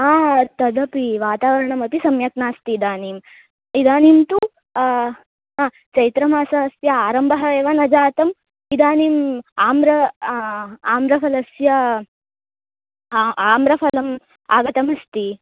हा तदपि वातावरणमपि सम्यक् नास्ति इदानीम् इदानीं तु हा चैत्रमासस्य आरम्भम् एव न जातम् इदानीम् आम्र आम्रफलस्य आ आम्रफलम् आगतमस्ति